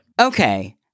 Okay